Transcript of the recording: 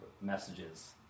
messages